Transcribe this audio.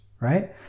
Right